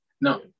No